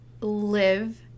live